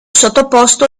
sottoposto